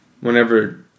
whenever